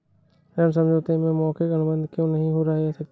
ऋण समझौते में मौखिक अनुबंध क्यों नहीं हो सकता?